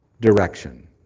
direction